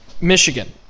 Michigan